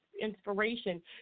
inspiration